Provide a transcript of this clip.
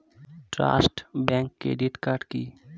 Trust bank credit card কি?